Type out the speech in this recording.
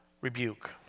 rebuke